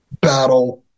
battle